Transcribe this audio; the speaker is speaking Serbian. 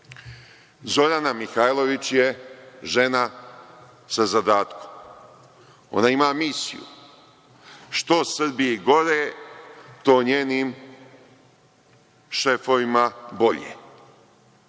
Zorana Mihajlović je žena sa zadatkom. Ona ima misiju, što Srbiji gore, to njenim šefovima bolje.